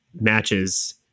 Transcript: matches